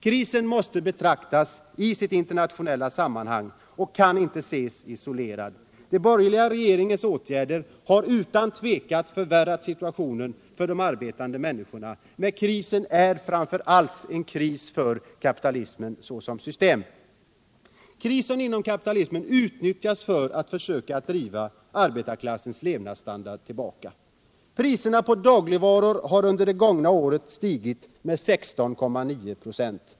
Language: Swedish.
Krisen måste betraktas i sitt internationella sammanhang och kan inte ses isolerad. Den borgerliga regeringens åtgärder har utan tvekan förvärrat situationen för de arbetande människorna, men krisen är framför allt en kris för kapitalismen såsom system. Krisen inom kapitalismen utnyttjas för att försöka driva arbetarklassens levnadsstandard tillbaka. Priserna på dagligvaror har under det gångna året stigit med 16,9 96.